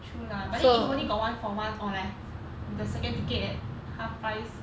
true lah but then if only got one for one or like the second ticket at half price